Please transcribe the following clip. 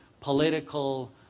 political